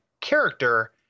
character